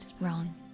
wrong